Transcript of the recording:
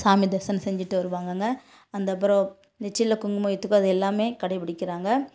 சாமி தரிசனம் செஞ்சுட்டு வருவாங்கங்க வந்தப்புறோம் நெற்றியில் குங்குமம் வைத்துகோ அது எல்லாமே கடைப்பிடிக்கிறாங்க